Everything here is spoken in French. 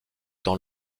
dans